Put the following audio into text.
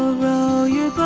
roll yeah